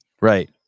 right